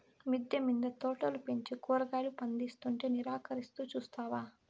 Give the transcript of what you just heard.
మిద్దె మింద తోటలు పెంచి కూరగాయలు పందిస్తుంటే నిరాకరిస్తూ చూస్తావా